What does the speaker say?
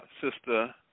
Sister